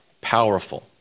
Powerful